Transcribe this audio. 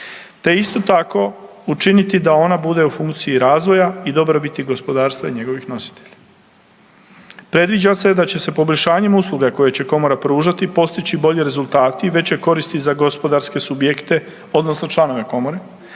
te isto tako učiniti da ona bude u funkciji razvoja i dobrobiti gospodarstva i njegovih nositelja. Predviđa se da će se poboljšanjem usluga koje će komora pružati postići bolji rezultati, veće koristi za gospodarske subjekte odnosno članove komore,